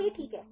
तो यह ठीक है